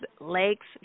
lakes